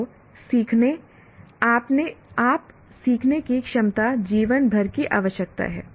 तो सीखने अपने आप सीखने की क्षमता जीवन भर की आवश्यकता है